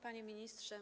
Panie Ministrze!